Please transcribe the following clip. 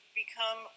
become